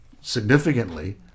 significantly